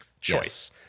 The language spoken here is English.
choice